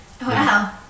Wow